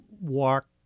walk